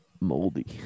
moldy